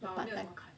but 我没有什么看